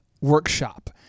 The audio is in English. workshop